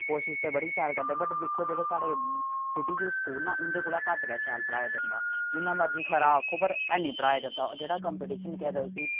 कोशश ते बड़ी शैल करदे बट दिक्खो जेह्ड़े साढ़े सिटी च स्कूल हैन ना उं'दे कोला घट्ट गै शैल पढ़ाया जंदा जिन्ना मर्जी खरा आक्खो पर हैनी पढ़ाया जंदा जेह्ड़ा कम्पीटिशन केह् आखदे उस्सी